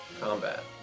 combat